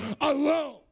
alone